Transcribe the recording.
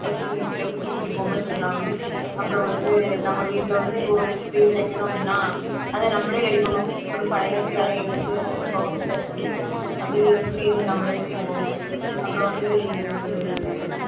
ஒரு சின்ன சின்ன குட்டி குட்டி பொம்மை செய்யலாம் அப்புறம் வந்து நம்ம வீட்டில் வந்து இப்போ ஒரு ஸ்கிரீன் தைக்கிறோம் அப்படின்னா அதை நம்மளே ரெடி பண்ணுவோம் ஒரு பழைய சேலையை எடுத்து அதை ரெண்டு பக்கமும் தைச்சி அது ஸ்கிரீனு நம்மளே செய்வோம் அப்புறம் வந்து